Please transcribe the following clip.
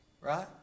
right